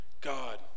God